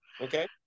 Okay